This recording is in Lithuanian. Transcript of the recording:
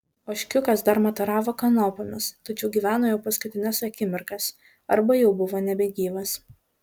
ožkiukas dar mataravo kanopomis tačiau gyveno jau paskutines akimirkas arba jau buvo nebegyvas